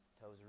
toes